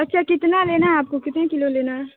اچھا کتنا لینا ہے آپ کو کتنے کلو لینا ہے